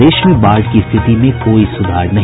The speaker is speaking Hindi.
प्रदेश में बाढ़ की स्थिति में कोई सुधार नहीं